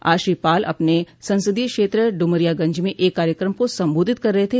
आज श्री पाल अपने संसदीय क्षेत्र ड्रमरियागंज म एक कार्यक्रम को संबोधित कर रहे थे